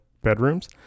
bedrooms